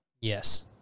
Yes